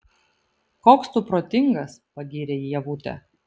koks tu protingas pagyrė jį ievutė